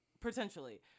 potentially